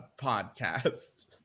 podcast